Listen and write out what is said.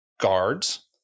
guards